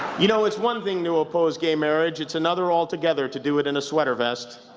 you know, it's one thing to oppose gay marriage. it's another altogether to do it in a sweater vest.